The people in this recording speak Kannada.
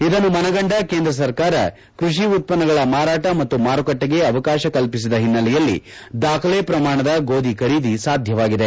ಇದನ್ನು ಮನಗಂಡ ಕೇಂದ್ರ ಸರ್ಕಾರ ಕೃಷಿ ಉತ್ಪನ್ನಗಳ ಮಾರಾಟ ಮತ್ತು ಮಾರುಕಟ್ಟಿಗೆ ಅವಕಾಶ ಕಲ್ಪಿಸಿದ ಹಿನ್ನೆಲೆಯಲ್ಲಿ ದಾಖಲೆಯ ಪ್ರಮಾಣದ ಗೋಧಿ ಖರೀದಿ ಸಾಧ್ಯವಾಗಿದೆ